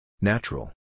Natural